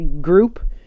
group